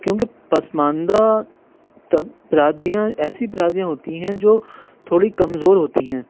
کیونکہ پسماندہ برادریاں ایسی برادریاں ہوتی ہیں جو تھوڑی کمزور ہوتی ہیں